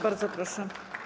Bardzo proszę.